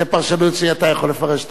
זו פרשנות שאתה יכול לפרש אותה.